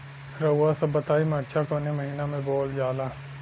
रउआ सभ बताई मरचा कवने महीना में बोवल जाला?